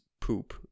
poop